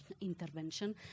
intervention